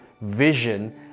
vision